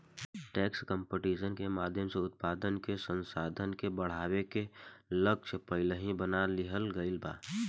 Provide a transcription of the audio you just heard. tax competition के माध्यम से उत्पादन के संसाधन के बढ़ावे के लक्ष्य पहिलही बना लिहल गइल बा